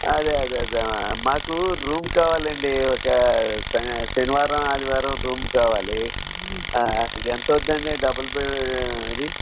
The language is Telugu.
అదే అదే అదే మాకు రూమ్ కావాలండి ఒక శనివారం ఆదివారం రూమ్కావాలి ఎంతవుందండి డబుల్ బే అది